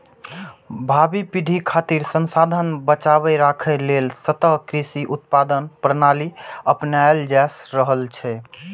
भावी पीढ़ी खातिर संसाधन बचाके राखै लेल सतत कृषि उत्पादन प्रणाली अपनाएल जा रहल छै